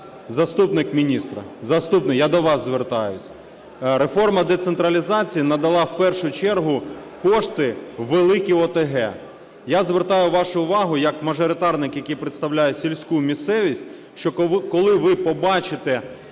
(заступник, я до вас звертаюсь), реформа децентралізації надала в першу чергу кошти у великі ОТГ. Я звертаю вашу увагу як мажоритарник, який представляє сільську місцевість, що коли ви побачите